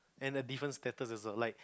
and the different status is alike